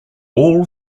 all